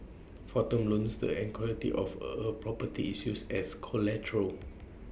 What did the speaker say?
for term loans the equity of A property is used as collateral